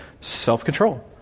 self-control